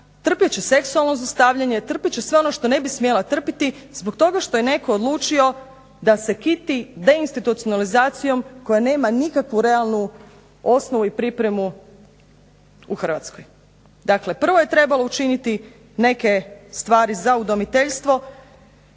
trpjet će seksualno zlostavljanje, trpjet će sve ono što ne bi smjela trpjeti zbog toga što je netko odlučio da se kiti deinstitucionalizacijom koja nema nikakvu realnu osnovu i pripremu u Hrvatskoj. Dakle, prvo je trebalo učiniti neke stvari za udomiteljstvo,